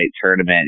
tournament